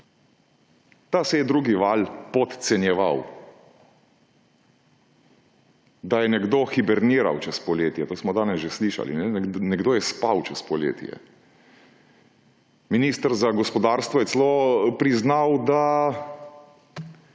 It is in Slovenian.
da se je drugi val podcenjeval, da je nekdo hiberniral čez poletje, to smo danes že slišali. Nekdo je spal čez poletje. Minister za gospodarstvo je celo priznal, da